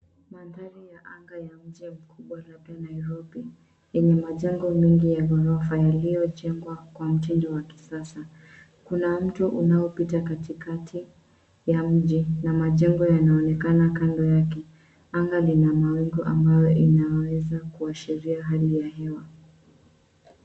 Mandhari ya anga ya mji mkubwa labda Nairobi, yenye majengo mengi ya ghorofa yaliyojengwa kwa mtindo wa kisasa. Kuna mto unaopita katikati ya mji, na majengo yanaonekana kando yake. Anga lina mawingu ambayo inaweza kuashiria hali ya hewa.